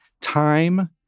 time